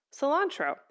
cilantro